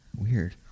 weird